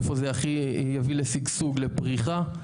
איפה זה הכי יביא לשגשוג, לפריחה?